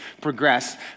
progress